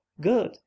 Good